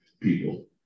people